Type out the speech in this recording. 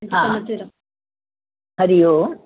हा हरिओम